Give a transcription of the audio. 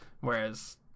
whereas